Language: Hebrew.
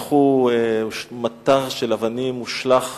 מטר של אבנים הושלך